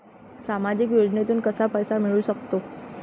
सामाजिक योजनेतून कसा पैसा मिळू सकतो?